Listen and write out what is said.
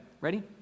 Ready